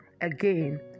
again